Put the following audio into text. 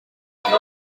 she